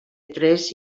tres